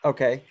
Okay